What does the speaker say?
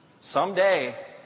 Someday